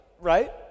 right